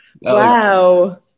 Wow